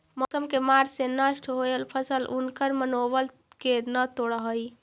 मौसम के मार से नष्ट होयल फसल उनकर मनोबल के न तोड़ हई